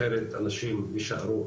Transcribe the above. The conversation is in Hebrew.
אחרת אנשים יישארו,